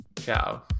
Ciao